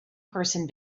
person